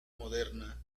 moderna